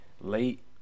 Late